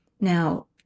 Now